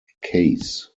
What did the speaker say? case